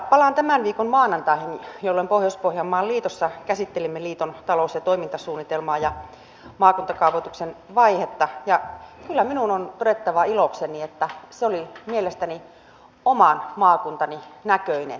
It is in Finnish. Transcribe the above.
palaan tämän viikon maanantaihin jolloin pohjois pohjanmaan liitossa käsittelimme liiton talous ja toimintasuunnitelmaa ja maakuntakaavoituksen vaihetta ja kyllä minun on todettava ilokseni että se oli mielestäni oman maakuntani näköinen